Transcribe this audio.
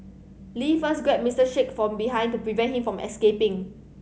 Lee first grabbed Mister Sheikh from behind to prevent him from escaping